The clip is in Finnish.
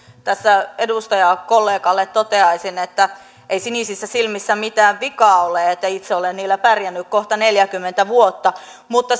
edustajakollegalle toteaisin että ei sinisissä silmissä mitään vikaa ole itse olen niillä pärjännyt kohta neljäkymmentä vuotta mutta